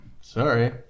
Sorry